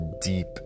deep